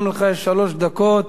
גם לך יש שלוש דקות.